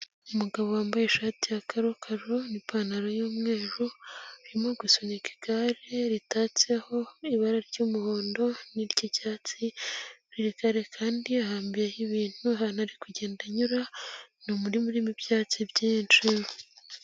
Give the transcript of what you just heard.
Umugabo wambaye ishati ya karokaro n'ipantalo y'umweru, arimo gusunika igare ritatseho ibara ry'umuhondo n'iry'icyatsi, iri gare kandi rihambiyeho ibintu ahantu ari kugenda anyura, n'umurima urimo ibyatsi byinshi.